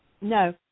No